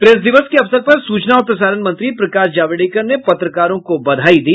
press दिवस के अवसर पर सूचना और प्रसारण मंत्री प्रकाश जावड़ेकर ने पत्रकारों को बधाई दी